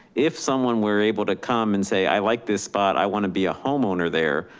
if someone were able to come and say, i like this spot, i want to be a homeowner there.